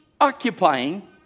occupying